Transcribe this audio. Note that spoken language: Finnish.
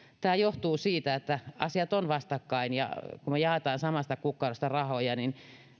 tämä johtuu siitä että asiat ovat vastakkain me katsomme että kun me jaamme samasta kukkarosta rahoja